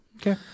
Okay